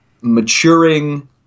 maturing